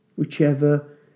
Whichever